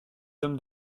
hommes